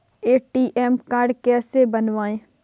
ATM card कैसे बनवाएँ?